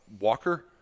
Walker